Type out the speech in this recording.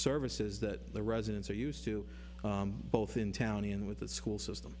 services that the residents are used to both in town even with the school system